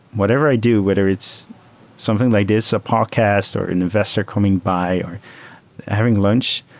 whatever i do, whether it's something like this, a podcast or an investor coming by or having lunch,